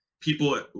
people